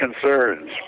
concerns